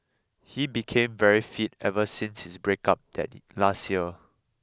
he became very fit ever since his breakup last year